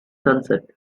sunset